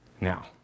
Now